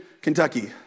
Kentucky